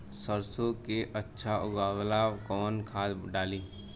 सरसो के अच्छा उगावेला कवन खाद्य डाली?